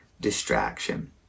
distraction